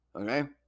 Okay